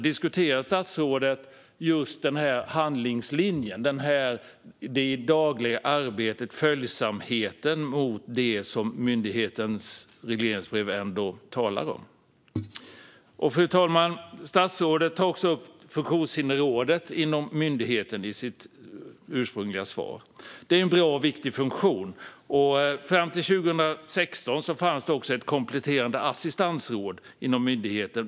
Diskuterar statsrådet just den handlingslinjen och följsamheten i det dagliga arbetet gentemot det som myndighetens regleringsbrev talar om? Fru talman! Statsrådet tog i sitt ursprungliga svar upp funktionshindersrådet inom myndigheten. Det är en bra och viktig funktion. Fram till 2016 fanns det också ett kompletterande assistansråd inom myndigheten.